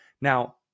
Now